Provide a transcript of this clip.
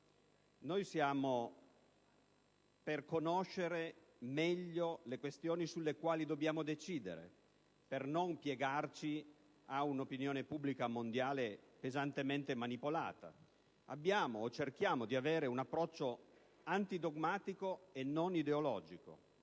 Noi siamo per conoscere meglio le questioni sulle quali dobbiamo decidere, per non piegarci ad un'opinione pubblica mondiale pesantemente manipolata. Abbiamo, o cerchiamo di avere, un approccio antidogmatico e non ideologico,